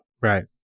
Right